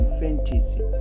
fantasy